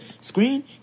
screen